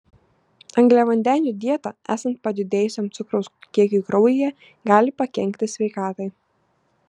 angliavandenių dieta esant padidėjusiam cukraus kiekiui kraujyje gali pakenkti sveikatai